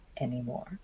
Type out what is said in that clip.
anymore